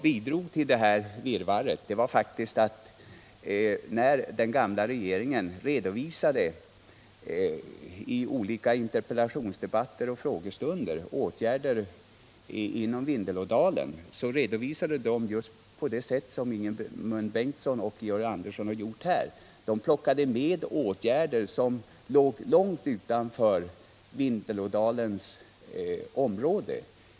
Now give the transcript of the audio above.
Bidragande till detta virrvarr var att när den gamla regeringen i olika interpellationsdebatter och frågestunder redovisade åtgärder i. Vindelådalen, så gjorde man det just på det sätt som Ingemund Bengtsson och Georg Andersson har gjort här. Man plockade med åtgärder som låg långt utanför Vindelådalsområdet.